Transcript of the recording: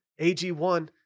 AG1